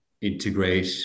integrate